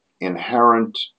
inherent